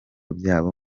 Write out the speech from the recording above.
byabyo